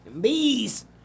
Bees